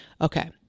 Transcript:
okay